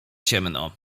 ciemno